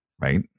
Right